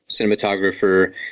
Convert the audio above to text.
cinematographer